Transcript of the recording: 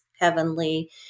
heavenly